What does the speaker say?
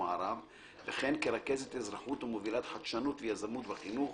ומערב וכן כרכזת אזרחות ומובילת חדשנות ויזמות בחינוך